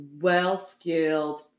well-skilled